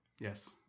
Yes